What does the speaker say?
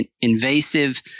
invasive